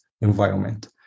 environment